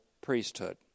priesthood